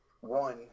one